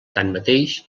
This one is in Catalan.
tanmateix